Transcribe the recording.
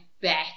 bet